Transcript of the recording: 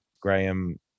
graham